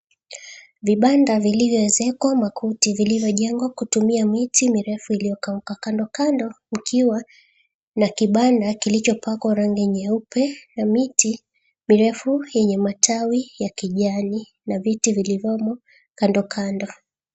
Vibanda vilivyoezekwa makuti vilivyojengwa kutumia mti mirefu iliyokauka. Kandokando kukiwa na kibanda kilichopakwa rangi nyeupe na miti mirefu yenye matawi ya kijani na viti vilivyomo kandokando.